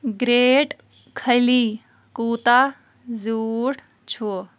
Great Khali کوتاہ زِیوٗٹھ چھُ؟